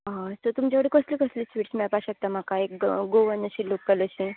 हय सो तुमचे कडेन कसली कसली स्वीट्स मेळपाक शकता म्हाका एक गोवन अशें लॉकल अशें